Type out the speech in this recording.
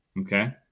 Okay